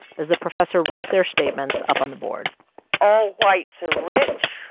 as the professor wrote their statements up on the board all whites are rich.